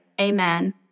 amen